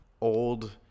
old